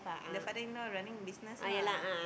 the father in law running business lah